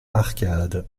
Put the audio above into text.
arcades